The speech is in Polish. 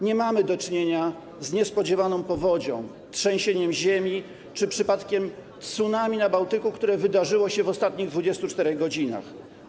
Nie mamy do czynienia z niespodziewaną powodzią, trzęsieniem ziemi czy przypadkiem tsunami na Bałtyku, które wydarzyło się w ciągu ostatnich 24 godzin.